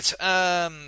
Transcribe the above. Right